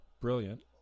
brilliant